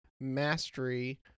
mastery